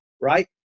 right